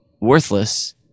worthless